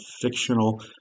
fictional